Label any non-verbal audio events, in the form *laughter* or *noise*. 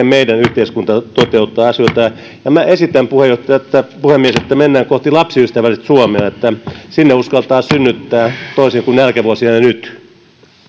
*unintelligible* meidän yhteiskunta toteuttaa asioita ja minä esitän puheenjohtaja että mennään kohti lapsiystävällistä suomea että sinne uskaltaa synnyttää toisin kuin nälkävuosina ja nyt